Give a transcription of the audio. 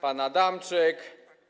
Pan Adamczyk.